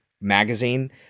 magazine